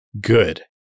good